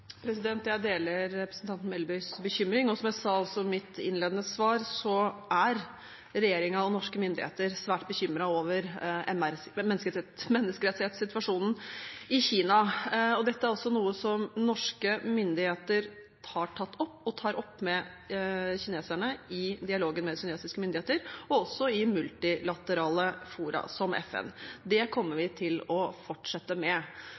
mitt innledende svar, er regjeringen og norske myndigheter svært bekymret for menneskerettighetssituasjonen i Kina. Dette er også noe som norske myndigheter har tatt opp og tar opp med kineserne i dialogen med kinesiske myndigheter, også i multilaterale fora, som FN. Det kommer vi til å fortsette med.